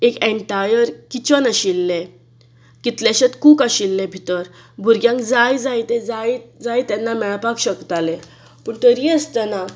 entire kitchen आशिल्लें कितलेशेच cook आशिल्ले भितर भुरग्यांक जाय जाय तें जाय तेन्ना मेळपाक शकतालें पूण तरीय आसतना